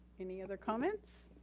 any other comments?